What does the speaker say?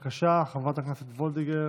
בבקשה, חברת הכנסת וולדיגר